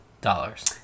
Dollars